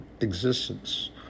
existence